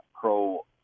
pro